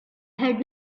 had